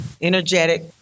energetic